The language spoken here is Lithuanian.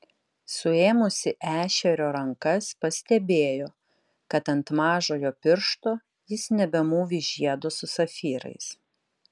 suėmusi ešerio rankas pastebėjo kad ant mažojo piršto jis nebemūvi žiedo su safyrais